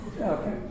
Okay